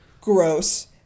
Gross